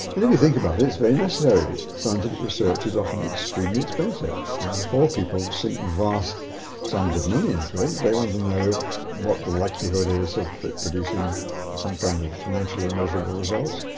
and if you think about it, it's very necessary. scientific research is often extremely expensive, and before people sink vast sums of money into it they want to know what the likelihood is of it producing some kind of financially measurable results,